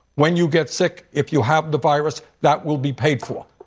when you get sick, if you have the virus, that will be paid for.